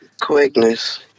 Quickness